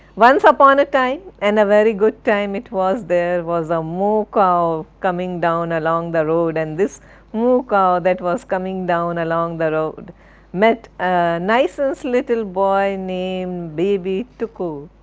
once upon a time and a very good time it was there was a moocow coming down along the road and this moocow that was coming down along the road met a nicens little boy named baby tuckoo.